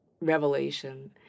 revelation